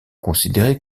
considérée